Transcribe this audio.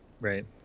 Right